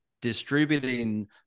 distributing